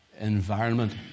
environment